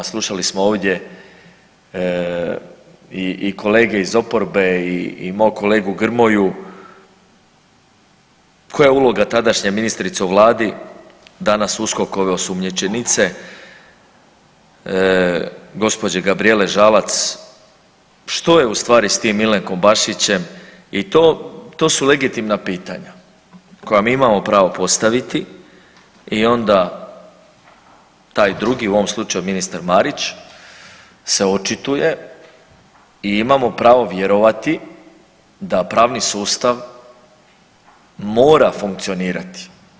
Slušali smo ovdje i kolege iz oporbe i mog kolegu Grmoju koja je uloga tadašnje ministrice u vladi, danas USKOK-ove osumnjičenice gospođe Gabrijele Žalac, što je ustvari s tim Miljenkom Bašićem i to, to su legitimna pitanja koja mi imamo pravo postaviti i onda taj drugi, u ovom slučaju ministar Marić se očituje i imamo pravo vjerovati da pravni sustav mora funkcionirati.